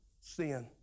sin